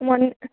ಮೊನ್ನೆ